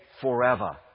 forever